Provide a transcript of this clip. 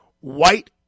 White